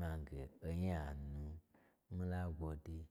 mange onya nu, mii la gwode.